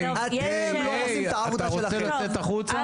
היי היי, אתה רוצה לצאת החוצה?